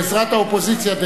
בעזרת האופוזיציה,